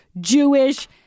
Jewish